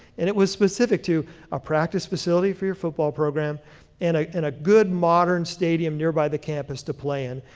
and it was specific to a practice facility for your football program and ah and a good modern stadium nearby the campus to play in.